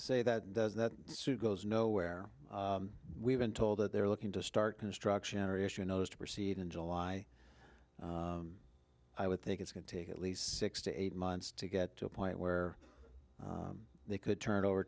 say that does that suit goes nowhere we've been told that they're looking to start construction or issue notice to proceed in july i would think it's going to take at least six to eight months to get to a point where they could turn over